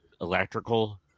electrical